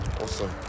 Awesome